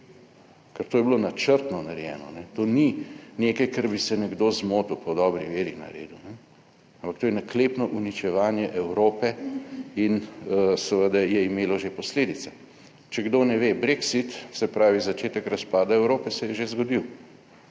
to je bilo načrtno narejeno, to ni nekaj, kar bi se nekdo zmotil, po dobri veri naredil, ampak to je naklepno uničevanje Evrope in seveda je imelo že posledice. Če kdo ne ve, Brexit, se pravi, začetek razpada Evrope se je že zgodil.